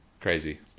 Crazy